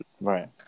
Right